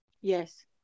yes